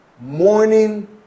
Morning